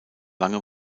lange